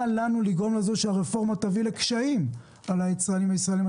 אל לנו לדאוג לכך שהרפורמה תביא לקשיים על היצרנים הישראלים.